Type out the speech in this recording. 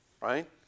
right